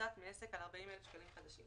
הממוצעת מעסק על 40,000 שקלים חדשים."